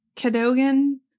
cadogan